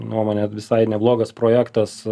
nuomone visai neblogas projektas